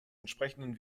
entsprechenden